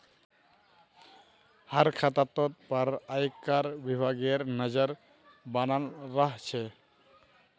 हर खातातोत पर आयकर विभागेर नज़र बनाल रह छे